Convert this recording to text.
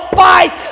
fight